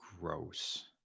gross